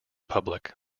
public